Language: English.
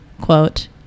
quote